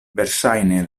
verŝajne